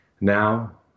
Now